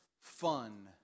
fun